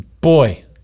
boy